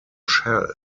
shell